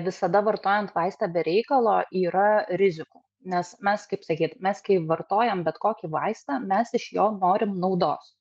visada vartojant vaistą be reikalo yra rizikų nes mes kaip sakyt mes kai vartojam bet kokį vaistą mes iš jo norim naudos